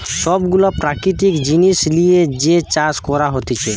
সব গুলা প্রাকৃতিক জিনিস লিয়ে যে চাষ করা হতিছে